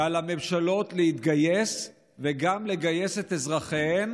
ועל הממשלות להתגייס וגם לגייס את אזרחיהן